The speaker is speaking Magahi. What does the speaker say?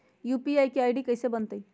यू.पी.आई के आई.डी कैसे बनतई?